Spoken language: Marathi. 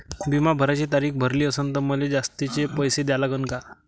बिमा भराची तारीख भरली असनं त मले जास्तचे पैसे द्या लागन का?